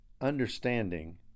understanding